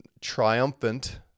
triumphant